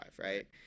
Right